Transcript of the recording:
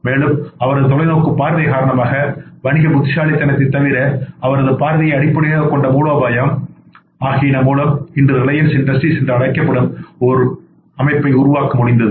மேலும் அவரது தொலைநோக்கு பார்வை காரணமாக வணிக புத்திசாலித்தனத்தைத் தவிர அவரது பார்வையை அடிப்படையாகக் கொண்ட மூலோபாயம் ஆகியன மூலம் இன்று ரிலையன்ஸ் இண்டஸ்ட்ரீஸ் என்று அழைக்கப்படும் ஒரு அமைப்பை உருவாக்க முடிந்தது